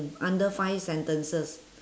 mm under five sentences